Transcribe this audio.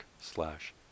slash